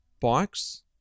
bikes